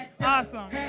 awesome